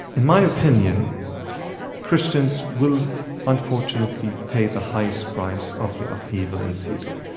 in my opinion christians will unfortunately pay the highest price of the upheaval in syria.